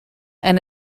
and